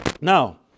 Now